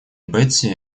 бетси